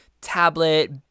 tablet